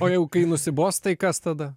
o jau kai nusibos tai kas tada